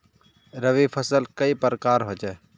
रवि फसल कई प्रकार होचे?